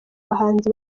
bahanzi